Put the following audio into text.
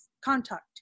contact